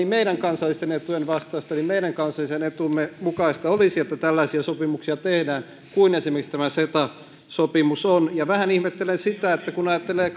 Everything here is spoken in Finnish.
meidän kansallisten etujemme vastaista meidän kansallisen etumme mukaista olisi että tehdään tällaisia sopimuksia kuin esimerkiksi tämä ceta sopimus on ja vähän ihmettelen sitä että kun ajattelee